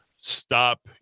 stop